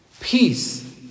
Peace